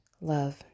love